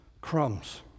crumbs